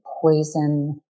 poison